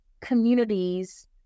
communities